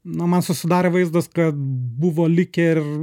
na man susidaro vaizdas kad buvo likę ir